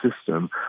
system